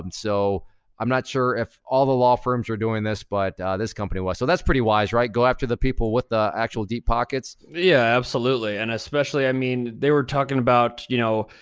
and so i'm not sure if all the law firms are doing this, but this company was. so that's pretty wise, right, go after the people with the actual deep pockets? yeah, absolutely. and especially, i mean, they were talking about, you know,